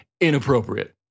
inappropriate